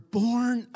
born